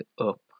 up